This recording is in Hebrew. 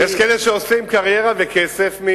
יש כאלה שעושים קריירה וכסף,